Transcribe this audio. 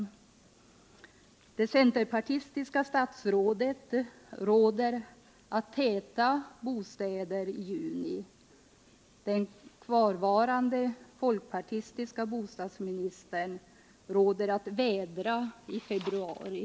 I juli rådde oss det centerpartistiska statsrådet att täta bostäderna; i februari rådde oss den kvarvarande folkpartistiska bostadsministern att vädra dem.